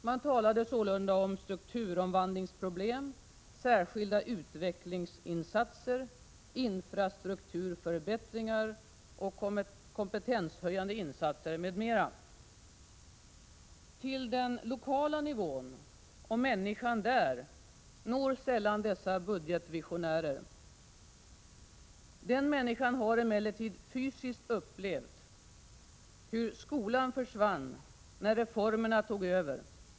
Man talade sålunda om strukturomvandlingsproblem, särskilda utvecklingsinsatser, infrastrukturförbättringar och kompetenshöjande insatser m.m. Till den lokala nivån — och människan där — når sällan dessa budgetvisionärer. Den människan har emellertid fysiskt upplevt hur skolan försvann när reformerna tog över.